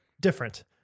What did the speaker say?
different